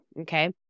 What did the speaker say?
Okay